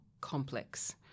complex